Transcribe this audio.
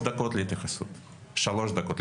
שתי דקות בבקשה להתייחסות לסעיפים שהקראנו.